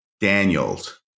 Daniels